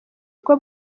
bwo